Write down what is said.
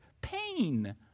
pain